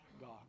God